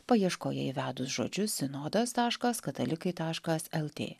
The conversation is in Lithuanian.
paieškoje įvedus žodžius sinodas taškas katalikai taškas el tė